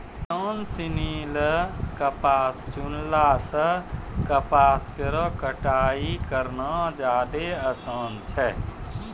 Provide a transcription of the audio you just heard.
किसान सिनी ल कपास चुनला सें कपास केरो कटाई करना जादे आसान छै